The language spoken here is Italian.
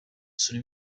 sono